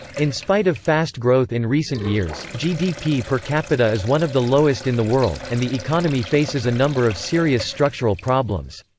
in spite of fast growth in recent years, gdp per capita is one of the lowest in the world, and the economy faces a number of serious structural problems.